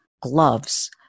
gloves